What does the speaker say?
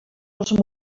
els